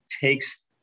takes